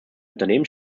unternehmen